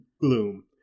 gloom